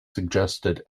suggested